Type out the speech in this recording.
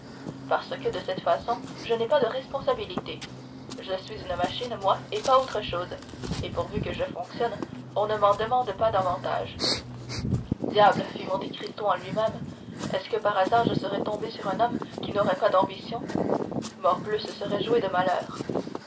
parce que de cette façon je n'ai pas de responsabilité je suis une machine moi et pas autre chose et pourvu que je fonctionne on ne m'en demande pas davantage diable fit monte cristo en lui-même est-ce que par hasard je serais tombé sur un homme qui n'aurait pas d'ambition morbleu ce serait jouer de malheur